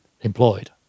employed